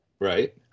Right